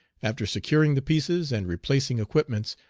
after securing the pieces and replacing equipments,